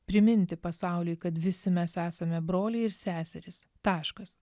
priminti pasauliui kad visi mes esame broliai ir seserys taškas